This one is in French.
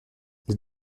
les